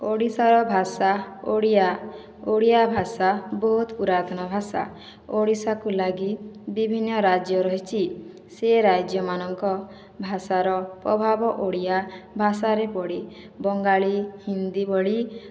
ଓଡ଼ିଶାର ଭାଷା ଓଡ଼ିଆ ଓଡ଼ିଆ ଭାଷା ବହୁତ ପୁରାତନ ଭାଷା ଓଡ଼ିଶାକୁ ଲାଗି ବିଭିନ୍ନ ରାଜ୍ୟ ରହିଛି ସେ ରାଜ୍ୟମାନଙ୍କ ଭାଷାର ପ୍ରଭାବ ଓଡ଼ିଆ ଭାଷାରେ ପଡ଼ି ବଙ୍ଗାଳି ହିନ୍ଦୀ ଭଳି